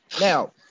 Now